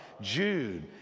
Jude